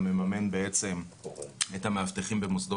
מערך אווירי,